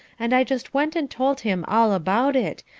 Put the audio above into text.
and i just went and told him all about it,